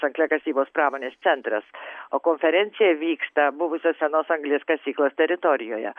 angliakasybos pramonės centras o konferencija vyksta buvusios senos anglies kasyklos teritorijoje